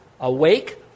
awake